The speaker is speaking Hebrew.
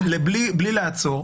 בלי לעצור.